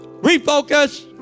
Refocus